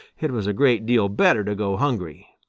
it was a great deal better to go hungry.